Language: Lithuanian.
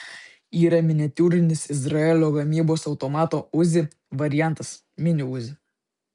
yra miniatiūrinis izraelio gamybos automato uzi variantas mini uzi